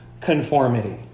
conformity